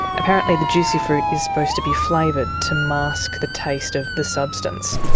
apparently the juicy fruit is supposed to be flavoured, to mask the taste of the substance.